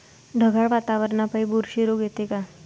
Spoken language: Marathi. ढगाळ वातावरनापाई बुरशी रोग येते का?